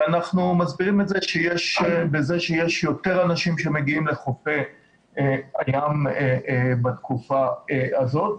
ואנחנו מסבירים זאת בכך שיש יותר אנשים שמגיעים לחופי הים בתקופה הזאת.